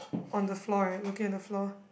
on the floor right looking at the floor